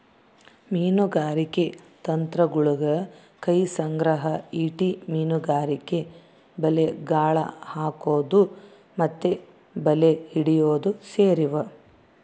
ಮೀನುಗಾರಿಕೆ ತಂತ್ರಗುಳಗ ಕೈ ಸಂಗ್ರಹ, ಈಟಿ ಮೀನುಗಾರಿಕೆ, ಬಲೆ, ಗಾಳ ಹಾಕೊದು ಮತ್ತೆ ಬಲೆ ಹಿಡಿಯೊದು ಸೇರಿವ